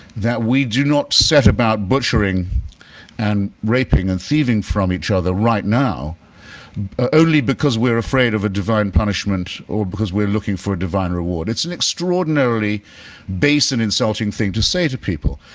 that we do not set about butchering and raping and thieving from each other right now only because we're afraid of a divine punishment or because we're looking for a divine reward. it's an extraordinarily base and insulting thing to say to people.